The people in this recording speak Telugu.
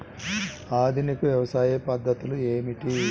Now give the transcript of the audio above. ఆధునిక వ్యవసాయ పద్ధతులు ఏమిటి?